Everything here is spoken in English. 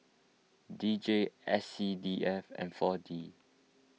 D J S C D F and four D